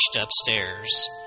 upstairs